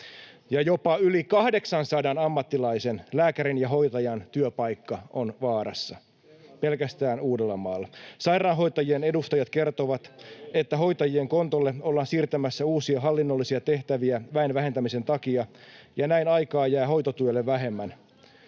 jopa yli 800 ammattilaisen, lääkärin ja hoitajan, työpaikka on vaarassa — pelkästään Uudellamaalla. Sairaanhoitajien edustajat kertovat, että hoitajien kontolle ollaan siirtämässä uusia hallinnollisia tehtäviä väen vähentämisen takia ja näin aikaa jää hoitotyölle vähemmän.